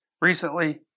recently